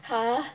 !huh!